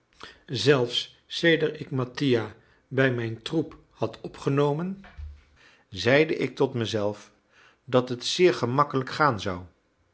zelfs sedert ik mattia bij mijn troep had opgenomen zeide ik tot mezelf dat het zeer gemakkelijk gaan zou